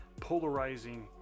polarizing